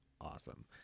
awesome